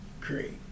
great